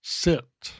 sit